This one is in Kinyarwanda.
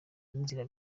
n’inzira